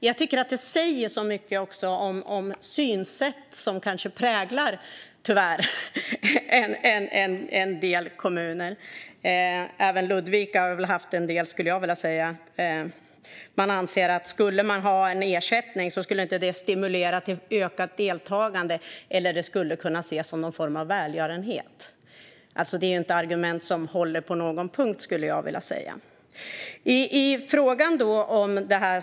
Jag tycker att det säger rätt mycket om det synsätt som kanske tyvärr präglar en del kommuner. Ludvika anser att om man skulle ha en ersättning skulle det inte stimulera till ökat deltagande, eller så skulle det kunna ses som någon form av välgörenhet. Det är inte argument som håller på någon punkt, skulle jag vilja säga.